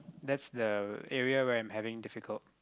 that's the area where I'm having difficult